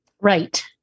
Right